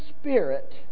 spirit